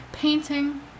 Painting